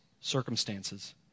circumstances